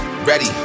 Ready